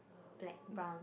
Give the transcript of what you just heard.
black brown